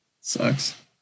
sucks